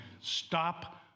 stop